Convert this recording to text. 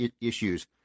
issues